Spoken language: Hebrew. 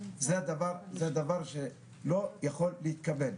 זה דבר שלא יכול להתקבל.